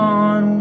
on